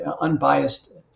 unbiased